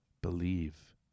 Believe